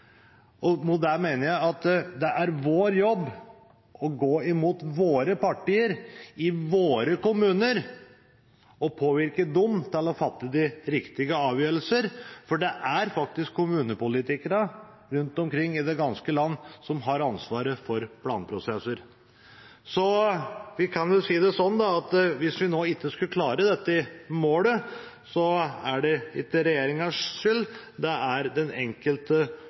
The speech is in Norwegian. det mener jeg at det er vår jobb å gå imot våre partier i våre kommuner og påvirke dem til å fatte de riktige avgjørelsene, for det er faktisk kommunepolitikerne rundt omkring i det ganske land som har ansvaret for planprosesser. Vi kan vel si det sånn at hvis vi nå ikke skulle klare dette målet, så er det ikke regjeringens skyld, det er den enkelte